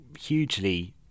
hugely